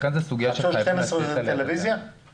לכן זה סוגיה שחייבים לתת עליה את הדעת.